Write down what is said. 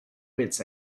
wits